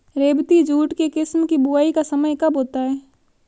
रेबती jute के किस्म की बुवाई का समय कब होता है?